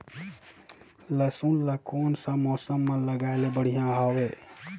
लसुन ला कोन सा मौसम मां लगाय ले बढ़िया हवे?